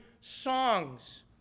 songs